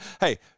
Hey